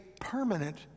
permanent